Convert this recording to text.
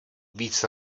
víc